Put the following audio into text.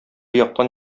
яктан